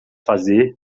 fazer